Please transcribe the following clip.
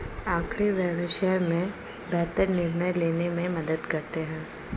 आँकड़े व्यवसाय में बेहतर निर्णय लेने में मदद करते हैं